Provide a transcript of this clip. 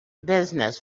business